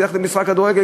ללכת למשחק כדורגל,